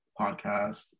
podcast